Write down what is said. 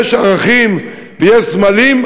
יש ערכים ויש סמלים,